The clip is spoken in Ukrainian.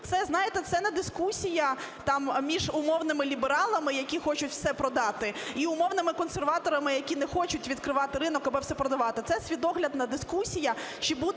це не дискусія між умовними лібералами, які хочуть все продати і умовними консерваторами, які не хочуть відкривати ринок, аби все продавати, це світоглядна дискусія,